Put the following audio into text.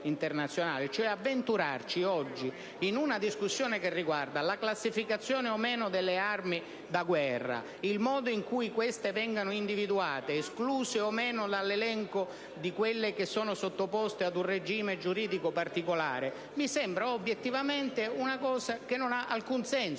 Avventurarci oggi in una discussione che riguarda la classificazione o meno delle armi da guerra, il modo in cui queste vengano individuate ed escluse o meno dall'elenco di quelle sottoposte ad un regime giuridico particolare mi sembra obiettivamente una cosa che non ha alcun senso.